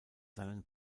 seinen